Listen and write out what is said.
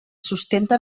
sustenta